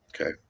Okay